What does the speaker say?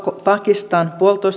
pakistan yksi pilkku